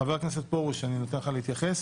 חבר הכנסת פרוש, אני נותן לך להתייחס.